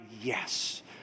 yes